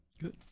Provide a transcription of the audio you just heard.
good